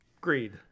Greed